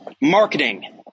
marketing